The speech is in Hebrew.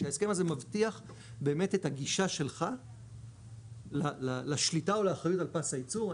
שההסכם הזה מבטיח באמת את הגישה שלך לשליטה ולאחריות לפס הייצור.